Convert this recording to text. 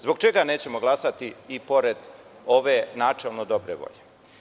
Zbog čega nećemo glasati, i pored ove načelno dobre volje?